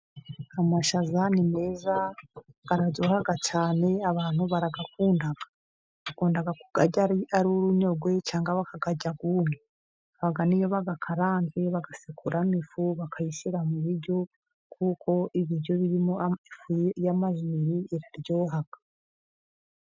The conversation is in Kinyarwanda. Amashaza ni meza araryoha cyane, abantu barayakunda. Bakunda kuyarya ari urunyogwe, cyangwa bakayarya yumye. Haba n' iyo bayakaranze bagasekuramo ifu, bakayishyira mu biryo kuko ibiryo birimo ifu y'amajeri biraryoha.